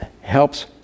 helps